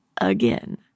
Again